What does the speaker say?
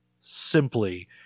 simply